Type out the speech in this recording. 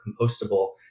compostable